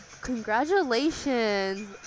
congratulations